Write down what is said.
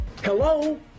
hello